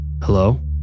Hello